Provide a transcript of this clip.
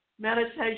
meditation